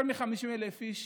יותר מ-50,000 איש